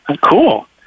Cool